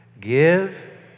Give